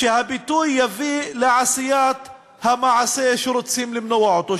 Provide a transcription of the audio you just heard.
שהביטוי יביא לעשיית המעשה שרוצים למנוע אותו.